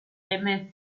aimait